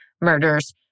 murders